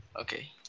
Okay